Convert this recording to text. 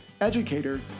educator